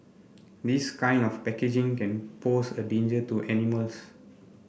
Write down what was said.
this kind of packaging can pose a danger to animals